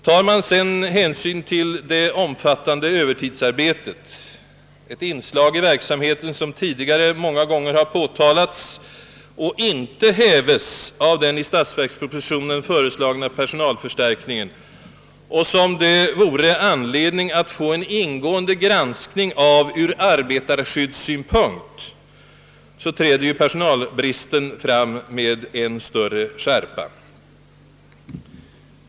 Tar man dessutom hänsyn till det omfattande övertidsarbete, som detta slags verksamhet medför, ett förhållande som tidigare många gånger påtalats och som inte häves genom den i statsverkspropositionen föreslagna personalförstärkningen och som det vore anledning att granska mera ingående ur arbetarskyddssynpunkt, träder personalbristen fram med än större skärpa.